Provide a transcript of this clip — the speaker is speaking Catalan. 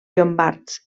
llombards